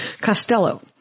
Costello